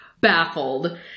baffled